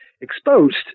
exposed